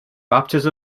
baptism